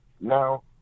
now